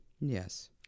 Yes